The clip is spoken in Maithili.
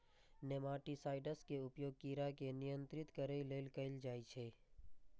नेमाटिसाइड्स के उपयोग कीड़ा के नियंत्रित करै लेल कैल जाइ छै